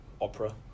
opera